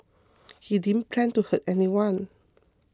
he plan to hurt anyone